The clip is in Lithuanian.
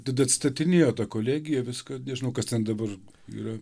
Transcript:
tada atstatinėjo tą kolegiją viską nežinau kas ten dabar yra